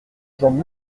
jambes